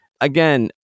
again